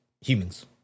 humans